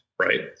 right